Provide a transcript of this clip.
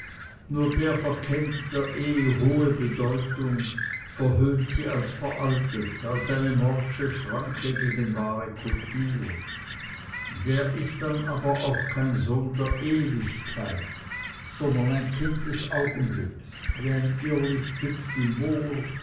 nur der verkennt der ehe hohe bedeutung verhöhnt sie als veraltet als eine morsche schranke gegen wahre kultur der ist dann aber auch kein sohn der ewigkeit sondern ein kind des augenblicks wie ein irrlicht hüpft im moor